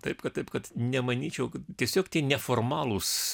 taip kad taip kad nemanyčiau kad tiesiog neformalūs